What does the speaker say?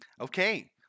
Okay